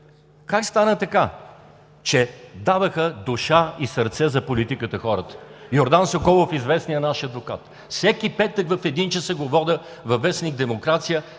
Как стана така, че хората даваха душа и сърце за политиката? Йордан Соколов – известният наш адвокат, всеки петък в 13,00 ч. го водя във вестник „Демокрация“